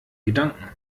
gedanken